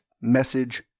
Message